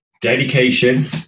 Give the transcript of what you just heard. dedication